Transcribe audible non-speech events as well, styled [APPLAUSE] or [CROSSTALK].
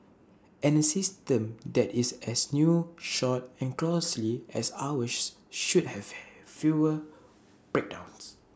and A system that is as new short and costly as ours should have [NOISE] fewer breakdowns